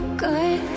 good